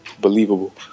believable